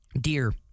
dear